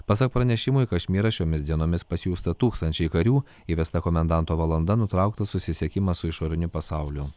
pasak pranešimo į kašmyrą šiomis dienomis pasiųsta tūkstančiai karių įvesta komendanto valanda nutrauktas susisiekimas su išoriniu pasauliu